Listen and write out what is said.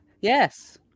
Yes